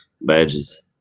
badges